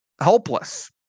helpless